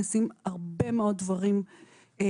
נעשים הרבה מאוד דברים טובים,